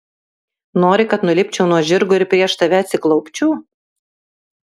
nori kad nulipčiau nuo žirgo ir prieš tave atsiklaupčiau